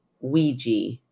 Ouija